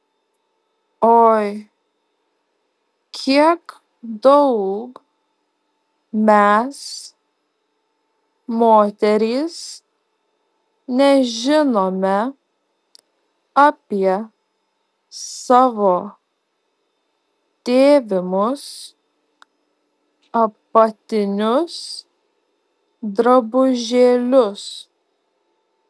oi kiek daug mes moterys nežinome apie savo dėvimus apatinius drabužėlius